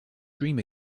dream